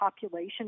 population